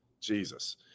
Jesus